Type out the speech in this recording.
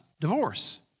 divorce